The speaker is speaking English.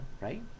Right